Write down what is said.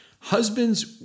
Husbands